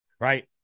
Right